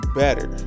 better